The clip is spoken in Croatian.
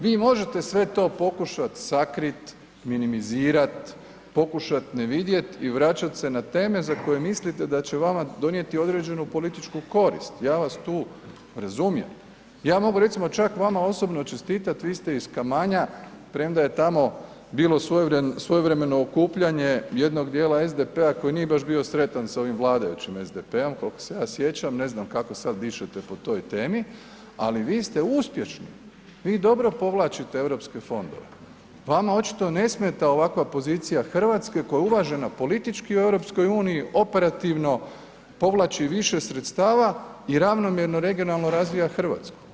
Vi možete sve to pokušati sakriti, minimizirat, pokušati ne vidjet i vraćat se na teme za koje mislite da će vama donijeti određenu političku korist, ja vas tu razumijem, ja mogu recimo čak vama osobno čestitat, vi ste iz Kamanja, premda je tamo bilo svojevremeno okupljanje jednog djela SDP-a koje nije baš bio sretan sa ovim vladajućim SDP-om, koliko se ja sjećam, ne znam kako sad dišete po toj temi, ali vi ste uspješno, vi dobro povlačite europske fondove, vama očito ne smeta ovakva pozicija Hrvatske koja je uvažena politički u EU-u, operativno povlači više sredstava i ravnomjerno i regionalno razvija Hrvatsku.